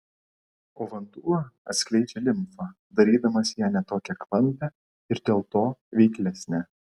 o vanduo atskiedžia limfą darydamas ją ne tokią klampią ir dėl to veiklesnę